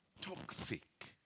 toxic